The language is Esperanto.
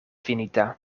finita